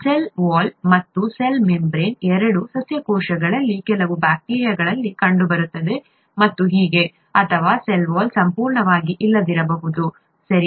cell wall ಮತ್ತು cell membrane ಎರಡೂ ಸಸ್ಯ ಕೋಶಗಳಲ್ಲಿನ ಕೆಲವು ಬ್ಯಾಕ್ಟೀರಿಯಾಗಳಲ್ಲಿ ಕಂಡುಬರುತ್ತವೆ ಮತ್ತು ಹೀಗೆ ಅಥವಾ ಸೆಲ್ ವಾಲ್ ಸಂಪೂರ್ಣವಾಗಿ ಇಲ್ಲದಿರಬಹುದು ಸರಿ